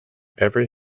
every